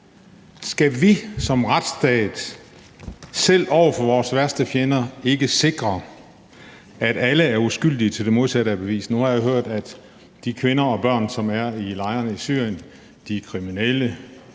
Skal vi som retsstat selv over for vores værste fjender ikke sikre, at alle er uskyldige, til det modsatte er bevist? Nu har jeg hørt, at de kvinder og børn, som er i lejrene i Syrien, er kriminelle,